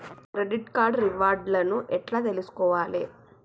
Credit card reward లను ఎట్ల తెలుసుకోవాలే?